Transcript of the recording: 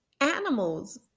animals